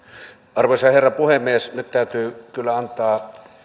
arvoisa herra puhemies täytyy kyllä antaa